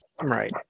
Right